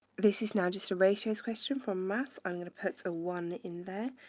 this is now just a ratios question for math. i'm going to put a one in there.